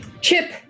Chip